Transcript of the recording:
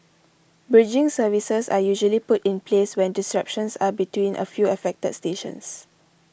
bridging services are usually put in place when disruptions are between a few affected stations